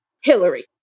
Hillary